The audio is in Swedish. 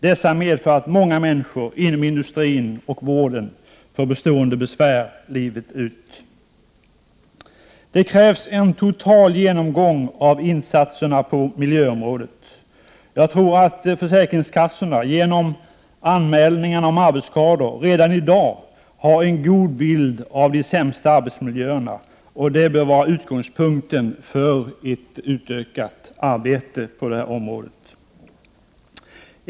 Dessa medför att många människor inom industrin och vården får bestående besvär livet ut. Det krävs en total genomgång av insatserna på miljöområdet. Jag tror att försäkringskassorna genom anmälningar om arbetsskador redan i dag har en god bild av de sämsta arbetsmiljöerna. Det bör vara utgångspunkten för ett utökat arbete på detta område.